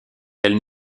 elle